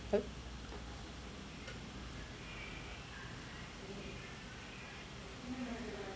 oh